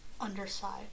underside